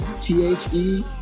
T-H-E